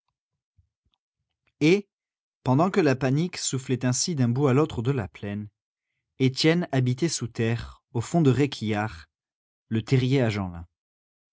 pendant que la panique soufflait ainsi d'un bout à l'autre de la plaine étienne habitait sous terre au fond de réquillart le terrier